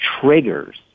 triggers